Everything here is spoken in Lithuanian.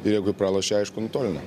ir jeigu pralošia aišku nutolina